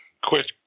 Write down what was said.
quick